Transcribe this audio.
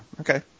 okay